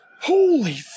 Holy